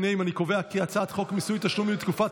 להעביר את הצעת חוק מיסוי תשלומים בתקופת